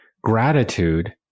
gratitude